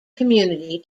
community